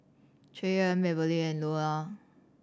Cheyanne Marybelle and Loula